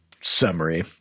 summary